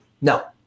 No